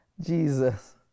Jesus